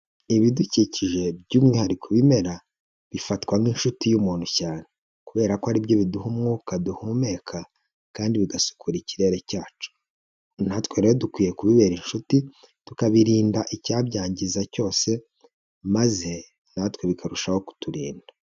Ibidukikije by'umwihariko ibimera bifatwa nk'inshuti y'umuntu cyane, kubera ko ari byo biduha umwuka duhumeka kandi bigasukura ikirere cyacu. Natwe rero dukwiye kubibera inshuti tukabirinda icyabyangiza cyose, maze natwe bikarushaho kuturinda.